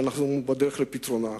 שאנחנו בדרך לפתרונה.